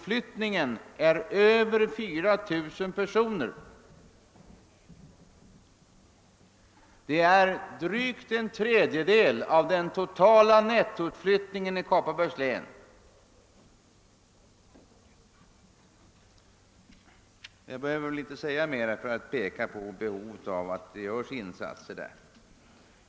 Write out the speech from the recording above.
Detta är en nettosiffra. Det är drygt en tredjedel av den totala nettoutflyttningen i Kopparbergs län. Mera behöver jag inte säga för att fästa uppmärksamheten på behovet av att insatser görs i länet.